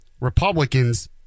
Republicans